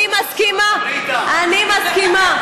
אני מסכימה, אני מסכימה.